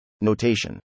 notation